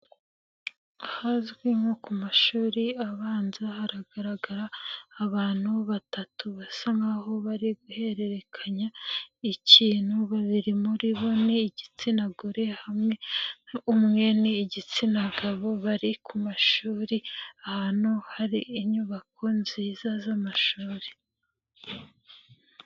Ahazwi nko ku mashuri abanza haragaragara abantu batatu basa nk'aho bari guhererekanya ikintu, babiri muri bo umwe igitsina gore hamwe umwe ni igitsina gabo bari ku mashuri ahantu hari inyubako nziza z'amashuri.